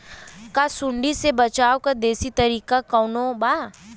का सूंडी से बचाव क देशी तरीका कवनो बा?